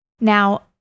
Now